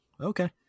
okay